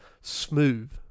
smooth